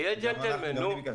אנחנו גם ביקשנו.